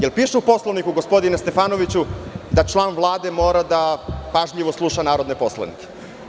Jel piše u Poslovniku gospodine Stefanoviću, da član Vlade mora pažljivo da sluša narodne poslanike?